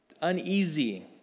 uneasy